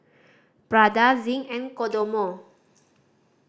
Prada Zinc and Kodomo